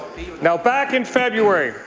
now, back in february,